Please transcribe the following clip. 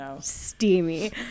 steamy